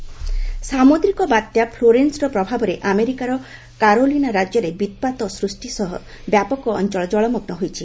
US ଟର୍ଣ୍ଣ ସାମୁଦ୍ରିକ ବାତ୍ୟା ଫ୍ଲୋରେନ୍ନର ପ୍ରଭାବରେ ଆମେରିକାର କାରୋଲିନା ରାଜ୍ୟରେ ବିପ୍ପାତ ସୃଷ୍ଟି ସହ ବ୍ୟାପକ ଅଞ୍ଚଳ ଜଳମଗ୍ନ ହୋଇଛି